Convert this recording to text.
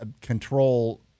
control